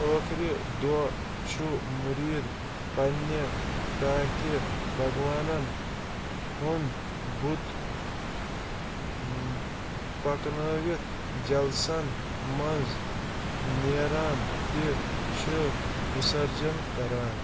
ٲخرِ دۄہ چھُ مُریٖد پنٛنہِ ٹاٹھِ بغوانَن ہُنٛد بُت پکنٲوِتھ جلسن منٛز نیران تہِ چھِ وِسَرجن کران